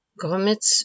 Gromitz